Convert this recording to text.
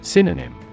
Synonym